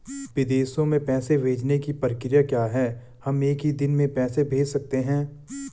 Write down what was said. विदेशों में पैसे भेजने की प्रक्रिया क्या है हम एक ही दिन में पैसे भेज सकते हैं?